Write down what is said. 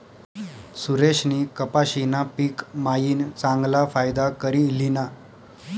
सुरेशनी कपाशीना पिक मायीन चांगला फायदा करी ल्हिना